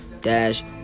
dash